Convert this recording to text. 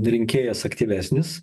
rinkėjas aktyvesnis